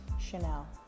Chanel